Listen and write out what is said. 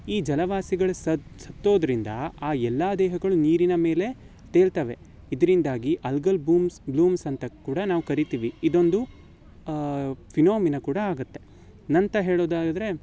ಈ ಜಲವಾಸಿಗಳು ಸತ್ತೋದರಿಂದ ಆ ಎಲ್ಲ ದೇಹಗಳು ನೀರಿನ ಮೇಲೆ ತೇಲ್ತವೆ ಇದರಿಂದಾಗಿ ಅಲ್ಗಲ್ ಬೂಮ್ಸ್ ಬ್ಲೂಮ್ಸ್ ಅಂತ ಕೂಡ ನಾವು ಕರಿತೀವಿ ಇದೊಂದು ಫಿನೊಮಿನ ಕೂಡ ಆಗುತ್ತೆ ನಂತರ ಹೇಳೋದಾದರೆ